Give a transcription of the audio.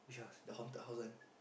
the haunted house one